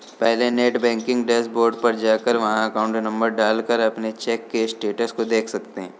पहले net banking dashboard पर जाकर वहाँ अकाउंट नंबर डाल कर अपने चेक के स्टेटस को देख सकते है